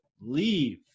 leave